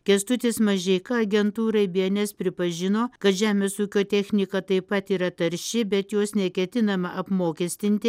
kęstutis mažeika agentūrai bns pripažino kad žemės ūkio technika taip pat yra tarši bet jos neketinama apmokestinti